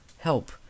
Help